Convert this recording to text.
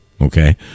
Okay